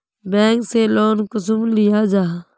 Bank से loan कुंसम लिया जाहा?